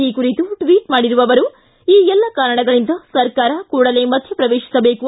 ಈ ಕುರಿತು ಟ್ವೀಟ್ ಮಾಡಿರುವ ಅವರು ಈ ಎಲ್ಲ ಕಾರಣಗಳಿಂದಾಗಿ ಸರ್ಕಾರ ಕೂಡಲೇ ಮಧ್ಯಪ್ರವೇಶಿಸಬೇಕು